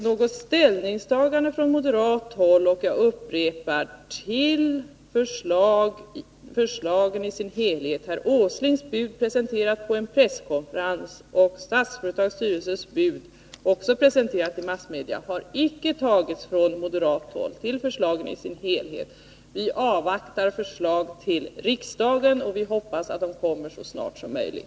Något ställningstagande har icke gjorts från moderat håll — jag upprepar det — till förslagen i sin helhet, till herr Åslings bud, som presenterades på en presskonferens, eller till Statsföretags styrelses bud, också presenterat i massmedia. Vi avvaktar förslag till riksdagen, och vi hoppas att de kommer så snart som möjligt.